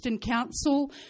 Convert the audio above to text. Council